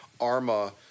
ARMA